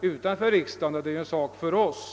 utanför riksdagen på ett tidigare stadium trots att den är en sak som angår riksdagen.